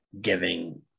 giving